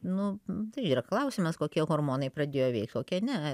nu tai yra klausimas kokie hormonai pradėjo veikt kokie ne